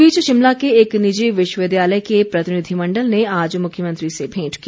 इस बीच शिमला के एक निजी विश्वविद्यालय के प्रतिनिधिमण्डल ने आज मुख्यमंत्री से भेंट की